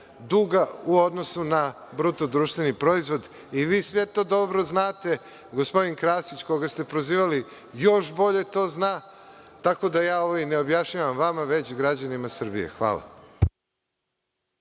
duga u odnosu na BDP. Vi sve to dobro znate. Gospodin Krasić, koga ste prozivali, još bolje to zna. Tako da, ja ovo i ne objašnjavam vama, već građanima Srbije. Hvala.